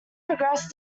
progressed